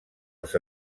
els